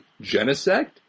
Genesect